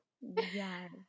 Yes